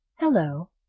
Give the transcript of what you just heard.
Hello